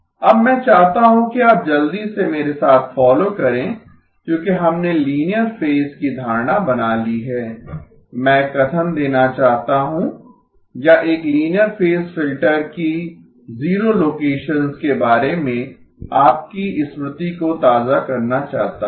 अब मैं चाहता हूं कि आप जल्दी से मेरे साथ फॉलो करें क्योंकि हमने लीनियर फेज की धारणा बना ली है मैं एक कथन देना चाहता हूं या एक लीनियर फेज फिल्टर की जीरो लोकेसंस के बारे में आपकी स्मृति को ताज़ा करना चाहता हूं